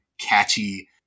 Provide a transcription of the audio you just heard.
catchy